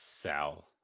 Sal